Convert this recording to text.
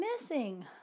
missing